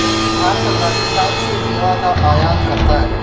भारत अफगानिस्तान से मेवा का आयात करता है